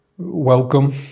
Welcome